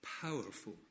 powerful